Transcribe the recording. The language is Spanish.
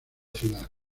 ciudad